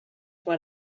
what